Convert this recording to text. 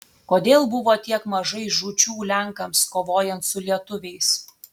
kodėl buvo tiek mažai žūčių lenkams kovojant su lietuviais